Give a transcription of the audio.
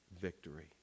victory